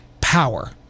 power